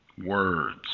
words